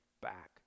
back